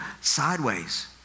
sideways